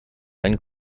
einen